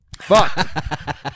fuck